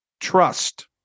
trust